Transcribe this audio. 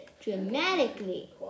dramatically